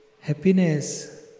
happiness